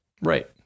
Right